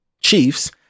Chiefs